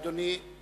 אדוני,